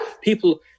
people